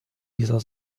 dieser